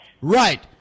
Right